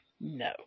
no